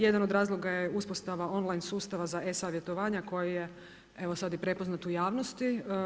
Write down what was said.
Jedan od razloga je uspostava on-line sustava za e-savjetovanja koje je evo sad i prepoznato u javnosti.